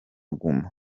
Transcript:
guma